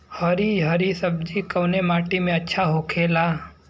हरी हरी सब्जी कवने माटी में अच्छा होखेला?